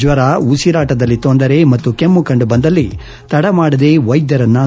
ಜ್ವರ ಉಸಿರಾಟದಲ್ಲಿ ತೊಂದರೆ ಮತ್ತು ಕೆಮ್ಮು ಕಂಡು ಬಂದಲ್ಲಿ ತಡಮಾಡದೆ ವೈದ್ಯರನ್ನು ಸಂಪರ್ಕಿಸಬೇಕು